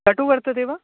कटुः वर्तते वा